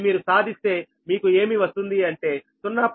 అది మీరు సాధిస్తే మీకు ఏమి వస్తుంది అంటే 0